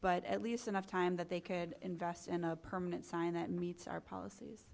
but at least enough time that they could invest in a permanent sign that meets our policies